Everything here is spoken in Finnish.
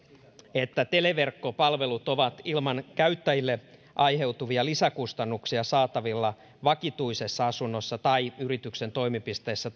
että televerkkopalvelut ovat ilman käyttäjille aiheutuvia lisäkustannuksia saatavilla vakituisessa asunnossa tai yrityksen toimipisteessä